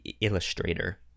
illustrator